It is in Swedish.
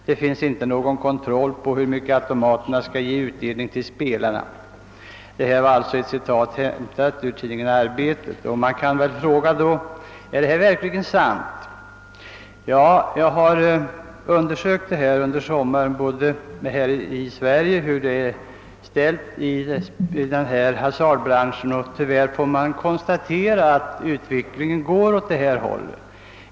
Det finns inte någon kontroll på hur mycket apparaterna ska ge i utdelning till spelarna.» Man kan då fråga: är detta verkligen sant? Ja, jag har under sommaren undersökt hur det ligger till inom spelbranschen i Sverige, och jag har då tyvärr måst konstatera att utvecklingen går åt detta håll.